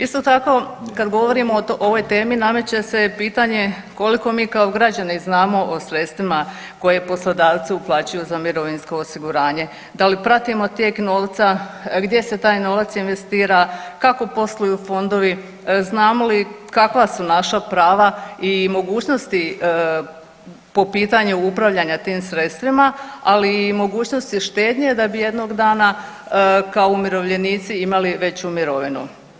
Isto tako kad govorimo o ovoj temi nameće se pitanje koliko mi kao građani znamo o sredstvima koje poslodavci uplaćuju za mirovinsko osiguranje, da li pratimo tijek novca, gdje se taj novac investira, kako posluju fondovi, znamo li kakva su naša prava i mogućnosti po pitanju upravljanja tim sredstvima, ali i mogućnosti štednje da bi jednog dana kao umirovljenici imali veću mirovinu.